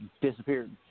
disappeared